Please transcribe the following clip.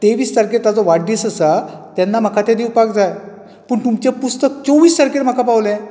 तेवीस तारखेक ताजो वाडदीस आसा तेन्ना म्हाका तें दिवपाक जाय पूण तुमचे पुस्तक म्हाका चौवीस तारखेक पावले